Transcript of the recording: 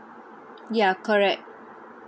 ya correct